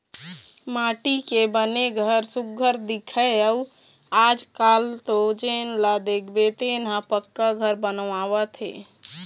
माटी के बने घर सुग्घर दिखय अउ आजकाल तो जेन ल देखबे तेन ह पक्का घर बनवावत हे